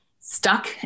stuck